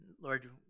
Lord